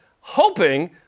hoping